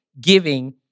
giving